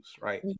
right